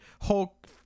hulk